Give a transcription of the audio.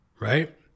right